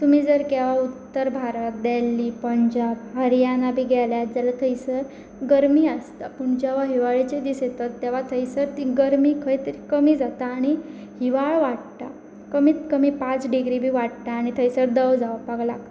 तुमी जर केवा उत्तर भारत दिल्ली पंजाब हरियाना बी गेल्यात जाल्यार थंयसर गरमी आसता पूण जवा हिवाळेचे दीस येतात तेवा थंयसर ती गर्मी खंय तरी कमी जाता आनी हिवाळ वाडटा कमीत कमी पांच डिग्री बी वाडटा आनी थंयसर दंव जावपाक लागता